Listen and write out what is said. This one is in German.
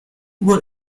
uhr